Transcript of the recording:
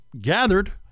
gathered